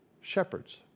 shepherds